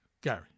Gary